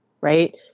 right